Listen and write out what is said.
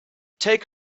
take